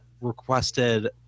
requested